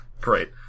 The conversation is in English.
Great